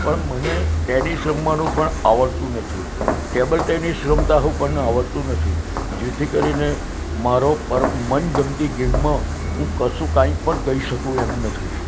પણ મને ટેનિસ રમવાનું પણ આવડતું નથી ટેબલ ટેનિસ રમતા હઉ પણ આવડતું નથી જેથી કરીને મારો મનગમતી ગેમમાં હું કશુંક કાંઈ પણ કહી શકું એમ નથી